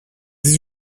dix